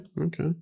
okay